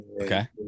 Okay